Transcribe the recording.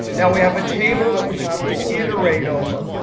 now we have a table that we have to iterate over.